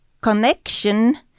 connection